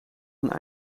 een